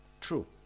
True